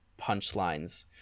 punchlines